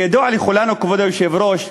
כידוע לכולנו, כבוד היושב-ראש,